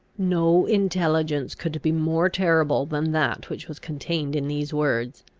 no intelligence could be more terrible than that which was contained in these words.